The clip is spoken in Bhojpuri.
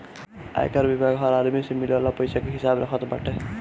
आयकर विभाग हर आदमी से मिले वाला कर के हिसाब रखत बाटे